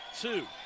two